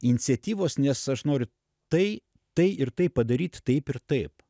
iniciatyvos nes aš noriu tai tai ir tai padaryt taip ir taip